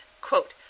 Quote